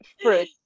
fruit